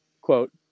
quote